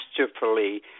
masterfully –